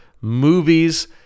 movies